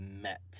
met